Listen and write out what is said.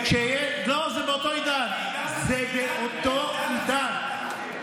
זה היה בעידן אחר.